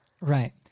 Right